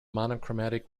monochromatic